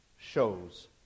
shows